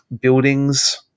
buildings